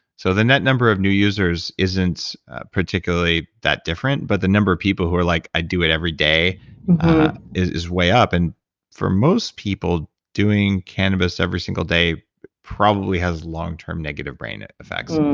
so the net number of new users isn't particularly that different, but the number of people who are like, i do it every day is way up. and for most people, doing cannabis every single day probably has long-term negative brain affects.